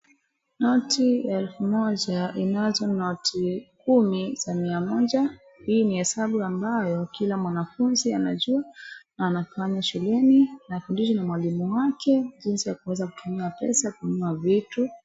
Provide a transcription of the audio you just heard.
Noti ya elfu moja ina noti kumi za mia moja. Hii ni hesabu ambayo kila mwanafunzi anajua na anafanya shuleni na hafundishwi na mwalimu wake jinsi ya kuweza kutumia pesa kununua vitu.